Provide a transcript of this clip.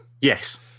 Yes